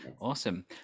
Awesome